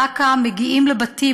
זק"א מגיעים לבתים,